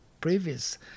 previous